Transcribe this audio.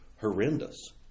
horrendous